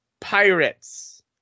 pirates